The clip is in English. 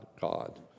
God